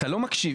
אתה לא מקשיב.